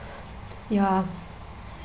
ya